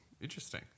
Interesting